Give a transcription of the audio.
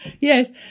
Yes